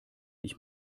ich